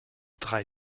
drei